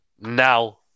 now